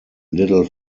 little